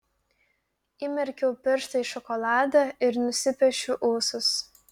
įmerkiu pirštą į šokoladą ir nusipiešiu ūsus